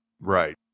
Right